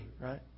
right